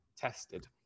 tested